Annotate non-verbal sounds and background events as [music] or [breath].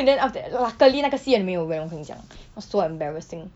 and then after that luckily 那个戏院没有人我跟你讲 [breath] was so embarrassing